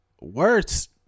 words